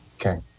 Okay